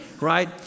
right